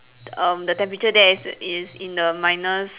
um the temperature there is is in the minus